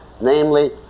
namely